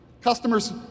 Customers